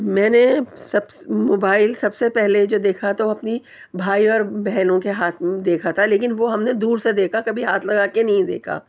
میں نے سب موبائل سب سے پہلے جو دیکھا تھا تو اپنی بھائی اور بہنوں کے ہاتھ میں دیکھا تھا لیکن وہ ہم نے دور سے دیکھا کبھی ہاتھ لگا کے نہیں دیکھا